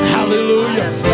Hallelujah